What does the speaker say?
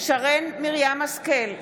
שרן מרים השכל,